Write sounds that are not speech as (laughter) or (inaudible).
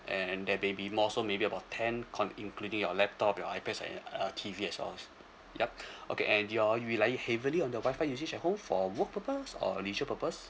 and there maybe more so maybe about ten con~ including your laptop your ipads and your uh T_V as well yup (breath) okay and you're relying heavily on the WI-FI usage at home for work purpose or leisure purpose